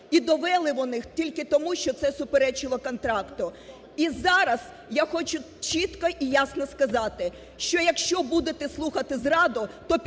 і довели вони їх тільки тому, що це суперечило контракту. І зараз я хочу чітко і ясно сказати, що якщо будете слухати зраду,